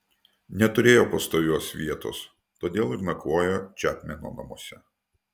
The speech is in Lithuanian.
neturėjo pastovios vietos todėl ir nakvojo čepmeno namuose